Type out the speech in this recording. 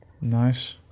Nice